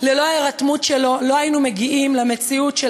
שללא ההירתמות שלו לא היינו מגיעים למציאות של